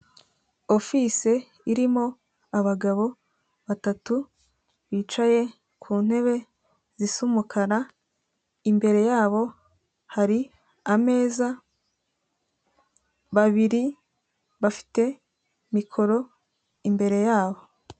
Ofise irimo abagabo batatu bicaye ku ntebe zisa umukara, imbere yabo hari ameza babiri bafite mikoro imbere yabo.